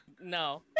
No